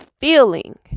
feeling